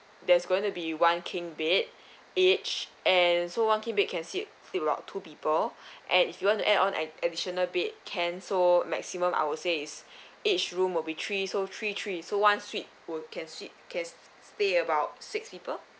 there's going to be one king bed each and so one king bed can sleep sleep along with two people and if you want to add on an additional bed can so maximum I would say is each room will be three so three three so one suite will can suite can stay about six people